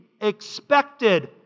expected